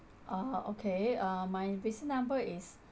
uh okay uh my receipt number is